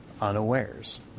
unawares